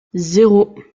zéro